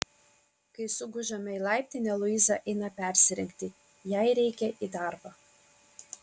kai sugužame į laiptinę luiza eina persirengti jai reikia į darbą